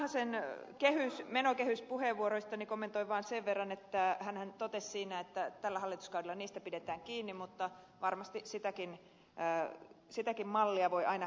vanhasen menokehyspuheenvuoroja kommentoin vain sen verran että hänhän totesi siinä että tällä hallituskaudella niistä pidetään kiinni mutta varmasti sitäkin mallia voi aina kehittää